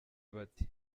bati